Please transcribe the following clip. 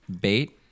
bait